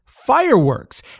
fireworks